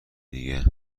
دیگه